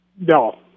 No